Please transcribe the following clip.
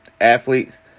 athletes